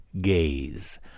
gaze